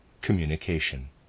communication